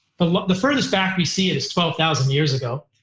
but the furthest back we see it is twelve thousand years ago.